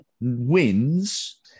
wins